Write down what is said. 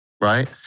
right